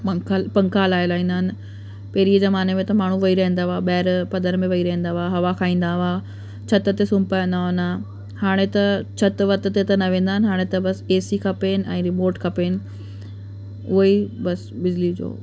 पंखा पंखा हलाए लाहींदा आहिनि पहिरें जे ज़माने में त माण्हू वेही रहंदा हुआ ॿाहिरि पधर में वेही रहंदा हुआ हवा खाईंदा हुआ छत ते सुम्ही पवंदा हूंदा हाणे त छिति विति ते त न वेंदा आहिनि हाणे त बसि ए सी खपेनि ऐं रिमोट खपेनि उहा ई बसि बिजली जो